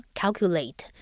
calculate